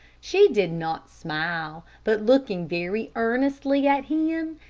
she did not smile, but looking very earnestly at him,